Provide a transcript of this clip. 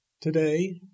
Today